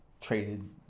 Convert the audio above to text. traded